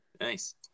nice